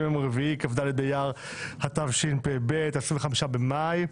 היום יום רביעי, כ"ד באייר התשפ"ב, 25 במאי.